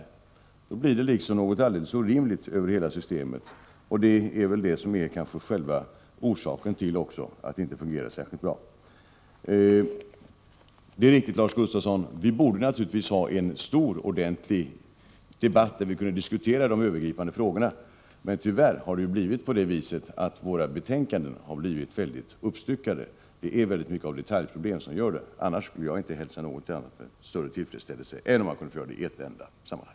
Då blir det något alldeles orimligt över hela systemet — och det är väl det som är själva orsaken till att det inte fungerar särskilt bra. Det är riktigt, Lars Gustafsson, att vi borde ha en stor, ordentlig debatt där vi kunde diskutera de övergripande frågorna. Men tyvärr har våra betänkanden blivit väldigt uppstyckade — det är mycket av detaljproblem. Annars skulle jag inte hälsa något med större tillfredsställelse än att man kunde få diskutera frågorna i ett enda sammanhang.